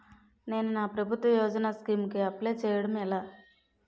నేను నా ప్రభుత్వ యోజన స్కీం కు అప్లై చేయడం ఎలా?